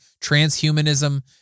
transhumanism